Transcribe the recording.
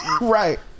Right